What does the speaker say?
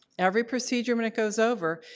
every procedure, when it goes over,